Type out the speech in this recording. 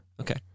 Okay